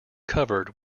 covered